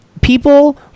people